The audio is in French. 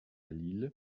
lille